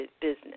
business